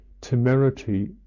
temerity